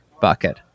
bucket